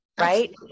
Right